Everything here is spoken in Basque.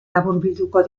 laburbilduko